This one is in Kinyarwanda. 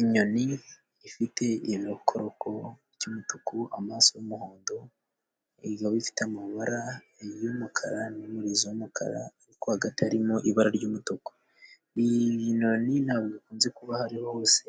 Inyoni ifite ibirokoko by'umutuku ,amaso y'umuhondo ikaba ifite amabara y'umukara n'umurizo w'umukara ariko hagati harimo ibara ry'umutuku ibi binyoni ntabwo hakunze kuba ahariho hose